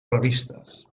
revistes